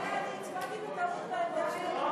אני הצבעתי בטעות מהעמדה של עמיר פרץ.